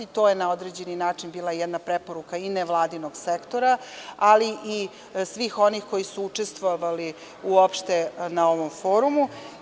To je na određeni način bila jedna preporuka u i nevladinog sektora, ali i svih onih koji su učestvovali uopšte na ovom forumu.